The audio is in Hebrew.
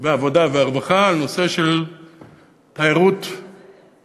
הרווחה הבריאות על הנושא של תיירות מרפא.